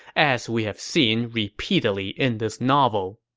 as we have seen repeatedly in this novel.